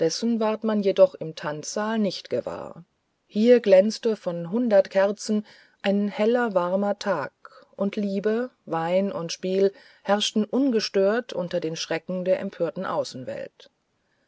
dessen ward man jedoch im tanzsaal nicht gewahr hier glänzte von hundert kerzen ein heller warmer tag und liebe wein und spiel herrschten ungestört unter den schrecken der empörten außenwelt